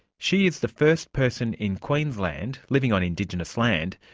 she is the first person in queensland, living on indigenous land,